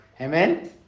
Amen